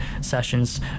sessions